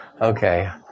Okay